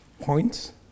points